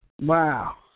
Wow